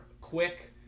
quick